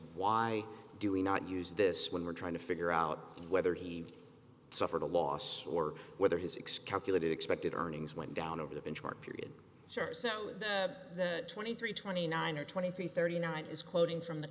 why do we not use this when we're trying to figure out whether he suffered a loss or whether his excuse it expected earnings went down over the benchmark period jurors out with the twenty three twenty nine or twenty three thirty nine is quoting from the